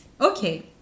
Okay